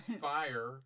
Fire